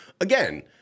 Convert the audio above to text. again